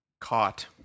caught